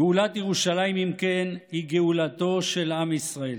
גאולת ירושלים, אם כן, היא גאולתו של עם ישראל.